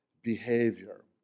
behavior